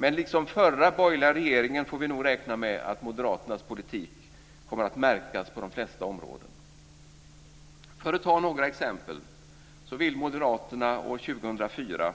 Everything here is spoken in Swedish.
Men liksom under förra borgerliga regeringen får vi nog räkna med att moderaternas politik kommer att märkas på de flesta områden. Jag ska ta några exempel. Moderaterna vill år 2004